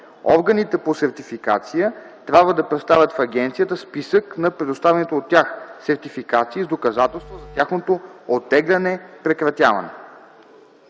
Органите по сертификация трябва да представят в агенцията списък на предоставените от тях сертификации с доказателства за тяхното оттегляне/прекратяване.”